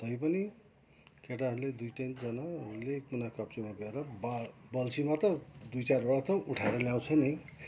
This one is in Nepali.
तै पनि केटाहरूले दुई तिनजनाहरूले कुना काप्चीमा गएर बार बल्छीमा त दुईचारवटा त उठाएर ल्याउँछ नै